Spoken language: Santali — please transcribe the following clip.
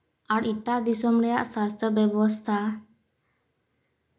ᱟᱨ ᱮᱴᱟᱜ ᱫᱤᱥᱚᱢ ᱨᱮᱭᱟᱜ ᱥᱟᱥᱛᱚ ᱵᱮᱵᱚᱥᱛᱷᱟ